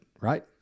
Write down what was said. right